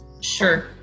Sure